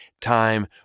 time